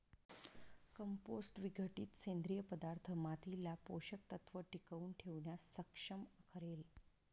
compost विघटित सेंद्रिय पदार्थ मातीला पोषक तत्व टिकवून ठेवण्यास सक्षम करेल